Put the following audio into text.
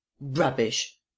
rubbish